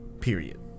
period